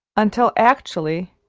until actually,